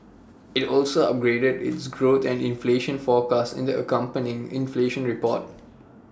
IT also upgraded its growth and inflation forecast in the accompanying inflation report